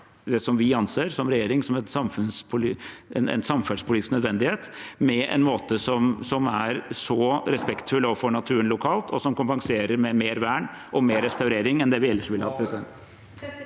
det vi som regjering anser som en samferdselspolitisk nødvendighet, på en måte som er respektfull overfor naturen lokalt, og som kompenserer med mer vern og mer restaurering enn det vi ellers ville hatt.